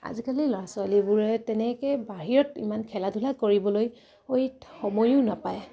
আজিকালি ল'ৰা ছোৱালীবোৰে তেনেকে বাহিৰত ইমান খেলা ধূলা কৰিবলৈ সময়ো নাপায়